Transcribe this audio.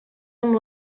amb